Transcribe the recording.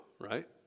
right